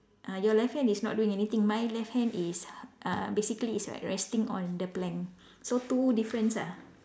uh your left hand is not doing anything my left hand is uh basically it's like resting on the plank so two difference ah